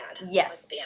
Yes